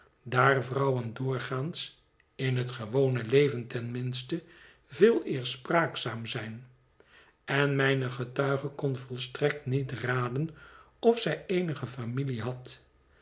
daar vrouwen doorgaans in het gewone leven ten minste veeleer spraakzaam zijn en mijne getuige kon volstrekt niet raden of zij eenige familie had